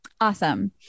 Awesome